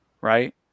right